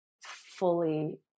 fully